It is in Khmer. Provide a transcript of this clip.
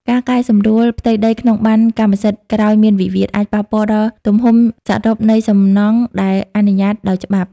ការកែសម្រួលផ្ទៃដីក្នុងប័ណ្ណកម្មសិទ្ធិក្រោយមានវិវាទ អាចប៉ះពាល់ដល់ទំហំសរុបនៃសំណង់ដែលអនុញ្ញាតដោយច្បាប់។